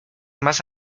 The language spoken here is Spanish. más